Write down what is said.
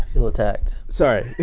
feel attacked sorry